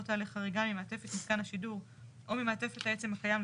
לא תעלה חריגה ממעטפת מיתקן השידור או ממעטפת העצם הקיים,